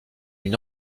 une